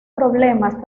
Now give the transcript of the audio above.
problemas